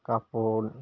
কাপোৰ